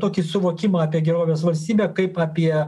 tokį suvokimą apie gerovės valstybę kaip apie